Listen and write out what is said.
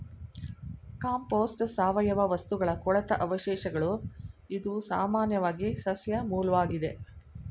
compost ಸಾವಯವ ವಸ್ತುಗಳ ಕೊಳೆತ ಅವಶೇಷಗಳು ಇದು ಸಾಮಾನ್ಯವಾಗಿ ಸಸ್ಯ ಮೂಲ್ವಾಗಿದೆ